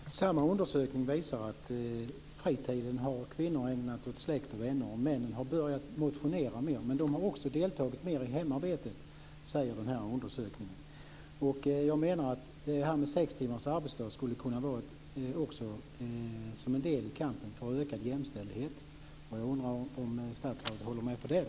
Fru talman! Samma undersökning visar att kvinnor har ägnat fritiden åt släkt och vänner. Männen har börjat motionera mer, men de har också deltagit mer i hemarbetet. Jag menar att det här med sex timmars arbetsdag skulle kunna vara en del i kampen för ökad jämställdhet. Jag undrar om statsrådet håller med om det.